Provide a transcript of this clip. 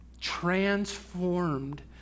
transformed